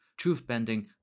truth-bending